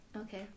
Okay